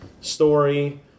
story